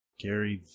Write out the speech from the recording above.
gary,